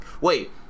Wait